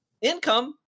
income